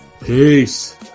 Peace